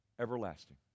everlasting